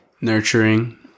Nurturing